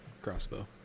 crossbow